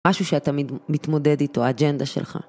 משהו שאתה מתמודד איתו, האג'נדה שלך.